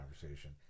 conversation